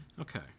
Okay